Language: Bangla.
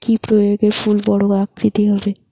কি প্রয়োগে ফুল বড় আকৃতি হবে?